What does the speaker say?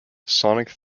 sonic